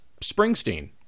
Springsteen